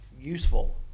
Useful